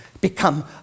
become